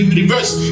reverse